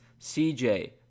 CJ